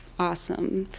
awesome.